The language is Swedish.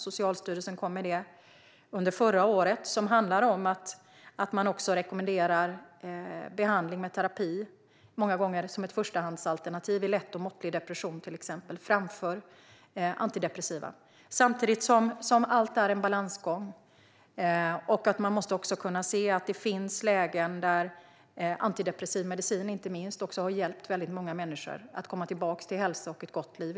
Socialstyrelsen kom med detta under förra året, och det handlar om att man många gånger rekommenderar behandling med terapi som ett förstahandsalternativ vid till exempel lätt och måttlig depression framför antidepressiva medel. Samtidigt är allt en balansgång, och man måste kunna se att det också finns lägen där en antidepressiv medicin har hjälpt många människor att komma tillbaka till hälsa och ett gott liv.